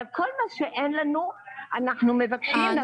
כל מה שאין לנו אנחנו מבקשים.